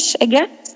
again